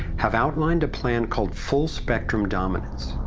have outlined a plan called full spectrum dominance.